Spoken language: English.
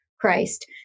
Christ